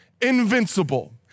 invincible